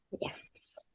Yes